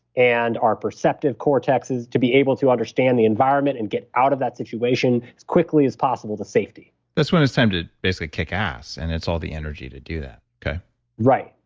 and our perceptive cortexes to be able to understand the environment and get out of that situation as quickly as possible to safety that's when it's time to basically kick ass and it's all the energy to do that. okay right.